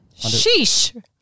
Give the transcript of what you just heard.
Sheesh